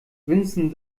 vincent